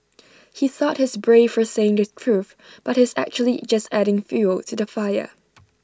he thought he's brave for saying the truth but he's actually just adding fuel to the fire